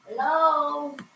Hello